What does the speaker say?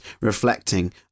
reflecting